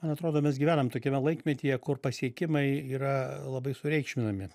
man atrodo mes gyvenam tokiame laikmetyje kur pasiekimai yra labai sureikšminami